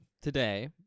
today